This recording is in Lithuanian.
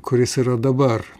kuris yra dabar